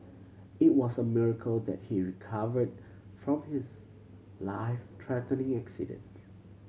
it was a miracle that he recovered from his life threatening accident